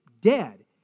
dead